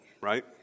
right